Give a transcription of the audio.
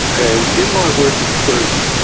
and in my work with clergy,